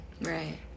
Right